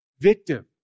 victim